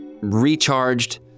recharged